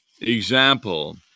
example